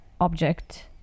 object